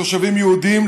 תושבים יהודים,